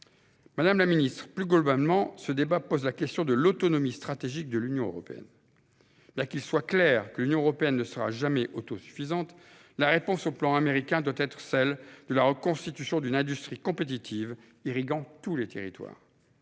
Madame la secrétaire d'État, plus globalement, ce débat pose la question de l'autonomie stratégique de l'Union européenne. Bien qu'il soit clair que l'Union européenne ne sera jamais autosuffisante, la réponse au plan américain doit être celle de la reconstitution d'une industrie compétitive irriguant tous les territoires.